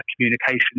communication